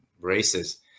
races